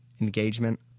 engagement